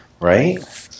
Right